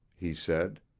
he said.